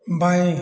बाएँ